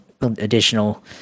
additional